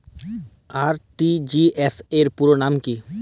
RTGS র পুরো নাম কি?